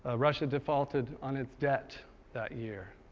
ah russia defaulted on its debt that year.